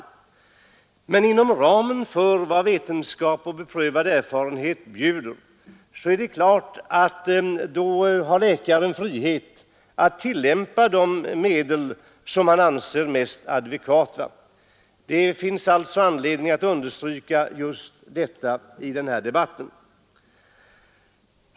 Men det är klart att inom ramen för vad vetenskap och beprövad erfarenhet bjuder har läkaren frihet att använda de medel som han anser mest adekvata. Det finns som sagt anledning att understryka detta i den här debatten.